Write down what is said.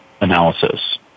analysis